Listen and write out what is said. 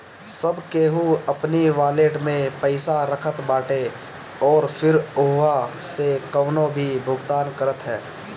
सब केहू अपनी वालेट में पईसा रखत बाटे अउरी फिर उहवा से कवनो भी भुगतान करत हअ